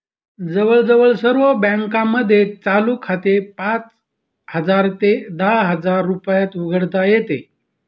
जवळजवळ सर्व बँकांमध्ये चालू खाते पाच हजार ते दहा हजार रुपयात उघडता येते